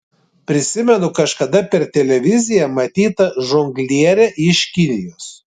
prisimenu kažkada per televiziją matytą žonglierę iš kinijos